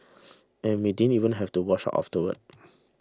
and we didn't even have to wash up afterwards